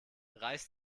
reiß